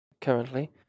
currently